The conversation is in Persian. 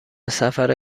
سفر